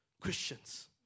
Christians